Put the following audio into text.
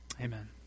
amen